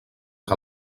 que